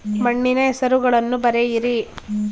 ಮಣ್ಣಿನ ಹೆಸರುಗಳನ್ನು ಬರೆಯಿರಿ